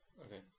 Okay